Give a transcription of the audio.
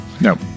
No